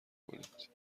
کنید